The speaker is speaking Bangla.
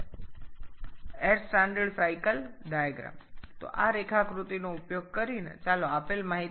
এটি এয়ার স্ট্যান্ডার্ড চক্র এর প্রমাণ লেখচিত্র